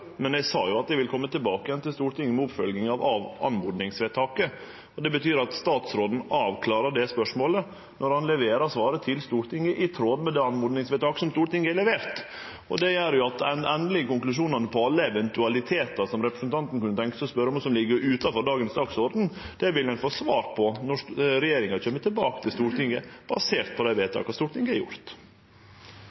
tilbake til Stortinget med oppfølginga av oppmodingsvedtaket. Det betyr at statsråden avklarar det spørsmålet når han leverer svaret til Stortinget, i tråd med det oppmodingsvedtaket som Stortinget har levert. Det gjer at dei endelege konklusjonane på alle eventualitetar som representanten kunne tenkje seg å spørje om, og som ligg utanfor dagsordenen for i dag, vil ein få svar på når regjeringa kjem tilbake til Stortinget, basert på dei